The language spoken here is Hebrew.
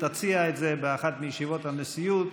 תציע את זה באחת מישיבות הנשיאות,